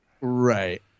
Right